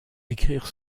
écrire